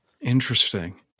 Interesting